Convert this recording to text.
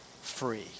free